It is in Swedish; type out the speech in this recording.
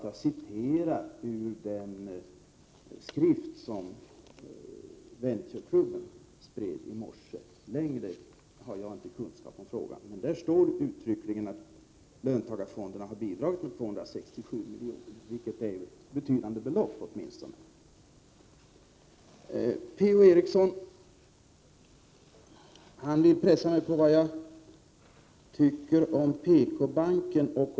Jag citerade ur den skrift som Ventureklubben spred i morse, någon ytterligare kunskap har jag inte om frågan, men där står uttryckligen att löntagarfonderna har bidragit med 267 miljoner kronor, vilket ju åtminstone är ett betydande belopp. Per-Ola Eriksson vill pressa mig på vad jag tycker om PK-bankens affär.